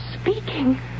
speaking